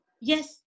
Yes